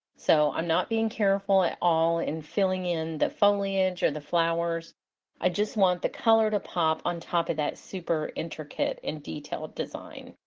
so i'm not being careful at all in filling in the foliage or the flowers i just want the color to pop on top of that super intricate and detailed design.